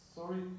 Sorry